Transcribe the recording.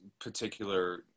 particular